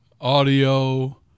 Audio